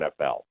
NFL